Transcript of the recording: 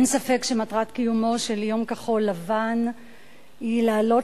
אין ספק שמטרת קיומו של יום כחול-לבן היא להעלות